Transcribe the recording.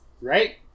Right